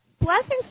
blessings